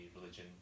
religion